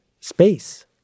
space